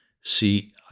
See